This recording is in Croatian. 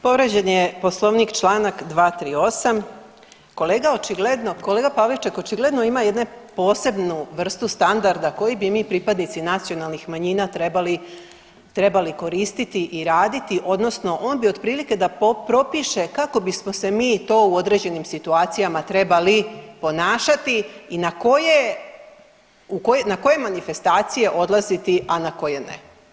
Povrijeđen je Poslovnik čl. 238., kolega očigledno, kolega Pavliček očigledno ima jednu posebnu vrstu standarda koju bi mi pripadnici nacionalnih manjina trebali, trebali koristiti i raditi odnosno on bi otprilike da propiše kako bismo se mi to u određenim situacijama trebali ponašati i na koje, na koje manifestacije odlaziti, a na koje ne.